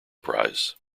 prize